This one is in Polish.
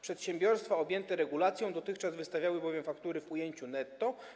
Przedsiębiorstwa objęte regulacją dotychczas wystawiały faktury w ujęciu netto.